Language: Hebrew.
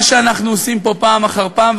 מה שאנחנו עושים פה פעם אחר פעם,